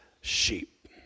sheep